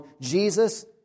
Jesus